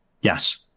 Yes